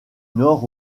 nord